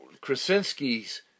Krasinski's